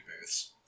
booths